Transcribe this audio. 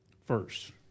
first